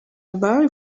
very